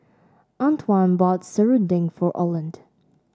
Antwan bought Serunding for Orland